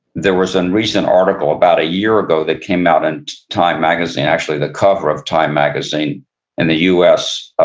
there was a and recent article about a year ago that came out in time magazine, actually the cover of time magazine in the us,